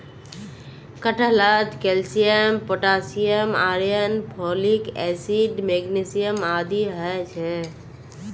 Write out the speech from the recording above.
कटहलत calcium potassium iron folic acid magnesium आदि ह छे